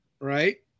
Right